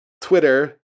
Twitter